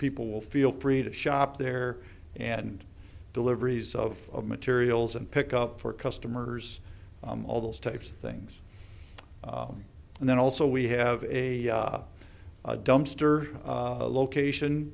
people will feel free to shop there and deliveries of materials and pick up for customers all those types of things and then also we have a dumpster location